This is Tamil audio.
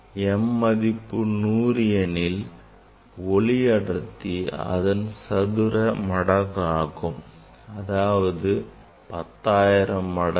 m மதிப்பு 100 எனில் ஒளி அடர்த்தி இதன் சதுர மடங்காகும் அதாவது 10000 மடங்கு